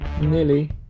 Nearly